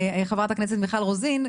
חברת הכנסת מיכל רוזין.